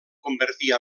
convertir